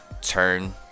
turn